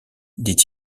dit